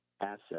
asset